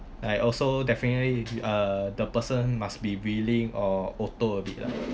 like also definitely uh the person must be willing or auto a bit lah